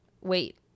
Wait